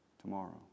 tomorrow